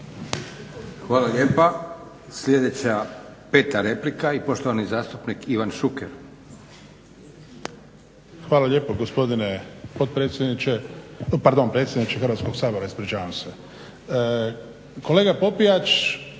Hvala lijepa. Sljedeća 5 replika i poštovani zastupnik Ivan Šuker. **Šuker, Ivan (HDZ)** Hvala lijepo gospodine potpredsjedniče, pardon predsjedniče Hrvatskog sabora. Ispričavam se. Kolega Popijač,